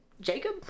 Jacob